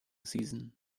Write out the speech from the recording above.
season